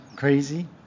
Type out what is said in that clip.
crazy